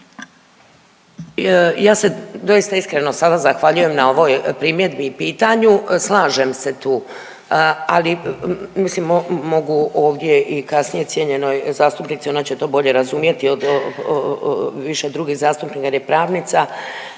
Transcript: Ja se doista iskreno sada zahvaljujem na ovoj primjedbi i pitanju. Slažem se tu, ali mislim mogu ovdje i kasnije cijenjenoj zastupnici ona će to bolje razumjeti više od drugih zastupnika jer je pravnica,